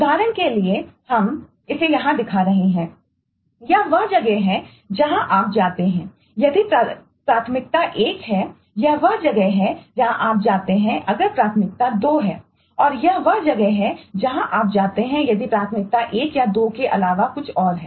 उदाहरण के लिए हम इसे यहाँ दिखा रहे हैं यह वह जगह है जहां आप जाते हैं यदि प्राथमिकता 1 है यह वह जगह है जहां आप जाते हैं अगर प्राथमिकता 2 है और यह वह जगह है जहां आप जाते हैं यदि प्राथमिकता 1 या 2 के अलावा कुछ और है